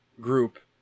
group